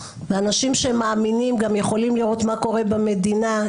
ואנשים שמאמינים גם יכולים לראות מה קורה במדינה.